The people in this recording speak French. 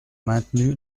maintenu